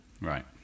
Right